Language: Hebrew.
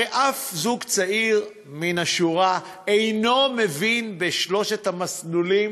הרי אף זוג צעיר מן השורה אינו מבין בשלושת המסלולים